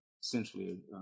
essentially